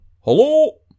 hello